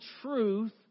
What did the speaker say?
truth